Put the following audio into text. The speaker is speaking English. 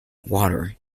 water